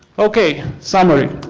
ok summary,